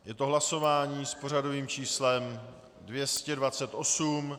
Je to hlasování s pořadovým číslem 228.